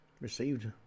received